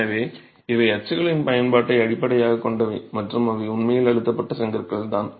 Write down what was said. எனவே இவை அச்சுகளின் பயன்பாட்டை அடிப்படையாகக் கொண்டவை மற்றும் அவை உண்மையில் அழுத்தப்பட்ட செங்கற்கள் தான்